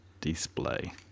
display